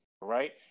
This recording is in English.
right